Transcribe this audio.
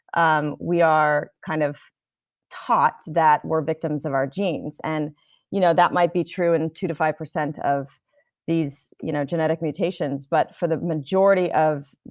um we are kind of taught that we're victims of our genes, and you know that might be true in two to five of these you know genetic mutations, but for the majority of,